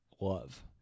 love